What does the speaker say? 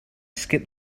skip